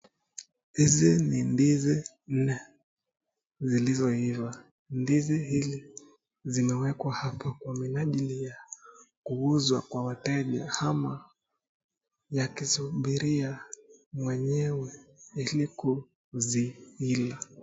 Hizi ni ndizi nne zilizo iva, ndizi hizi zimewekwa hapo kwa minajili ya kuuzwa kwa wateja ama yakisubiria mwenyewe ili kuzi ila.